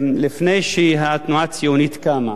לפני שהתנועה הציונית קמה,